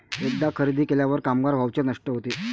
एकदा खरेदी केल्यावर कामगार व्हाउचर नष्ट होते